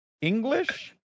English